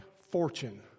fortune